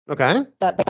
Okay